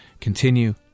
continue